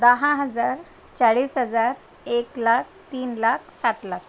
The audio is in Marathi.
दहा हजार चाळीस हजार एक लाख तीन लाख सात लाख